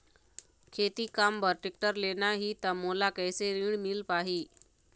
खेती काम बर टेक्टर लेना ही त मोला कैसे ऋण मिल पाही?